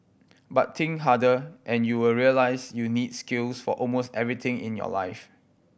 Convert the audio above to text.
but think harder and you will realise you need skills for almost everything in your life